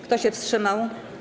Kto się wstrzymał?